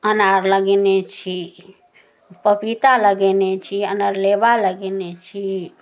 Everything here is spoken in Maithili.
अनार लगैने छी पपीता लगैने छी अनरनेबा लगैने छी